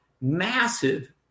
massive